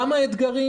שם האתגרים.